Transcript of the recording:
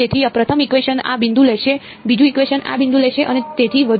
તેથી પ્રથમ ઇકવેશન આ બિંદુ લેશે બીજું ઇકવેશન આ બિંદુ લેશે અને તેથી વધુ